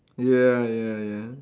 ya ya ya